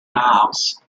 miles